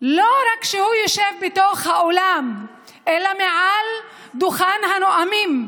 לא רק כשהוא יושב בתוך האולם אלא מעל דוכן הנואמים הוא